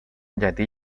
llatí